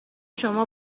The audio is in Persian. شما